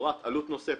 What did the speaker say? תמורת עלות נוספת,